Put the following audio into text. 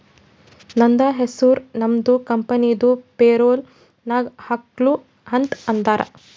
ನಂದ ಹೆಸುರ್ ನಮ್ದು ಕಂಪನಿದು ಪೇರೋಲ್ ನಾಗ್ ಹಾಕ್ಸು ಅಂತ್ ಅಂದಾರ